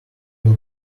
will